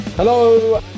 Hello